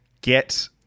get